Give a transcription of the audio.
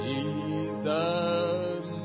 Jesus